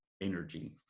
energy